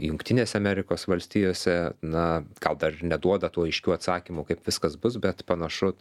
jungtinėse amerikos valstijose na gal dar ir neduoda tų aiškių atsakymų kaip viskas bus bet panašu